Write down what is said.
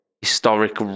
historic